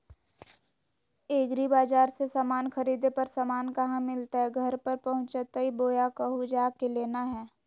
एग्रीबाजार से समान खरीदे पर समान कहा मिलतैय घर पर पहुँचतई बोया कहु जा के लेना है?